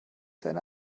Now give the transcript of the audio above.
seine